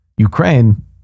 Ukraine